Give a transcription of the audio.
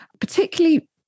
particularly